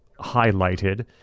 highlighted